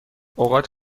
اوقات